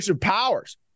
powers